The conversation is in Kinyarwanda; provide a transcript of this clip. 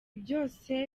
byose